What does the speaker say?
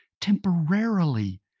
temporarily